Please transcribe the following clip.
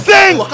Sing